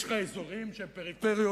יש לך אזורים שהם פריפריות,